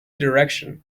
direction